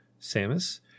Samus